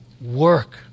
work